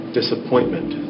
disappointment